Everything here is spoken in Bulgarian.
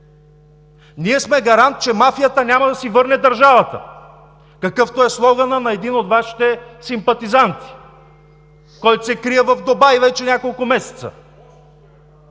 Ние сме гарант, че мафията няма да си върне държавата, какъвто е слоганът на един от Вашите симпатизанти, който се крие в Дубай вече няколко месеца